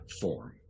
form